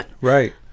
right